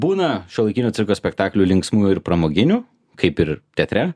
būna šiuolaikinio cirko spektaklių linksmų ir pramoginių kaip ir teatre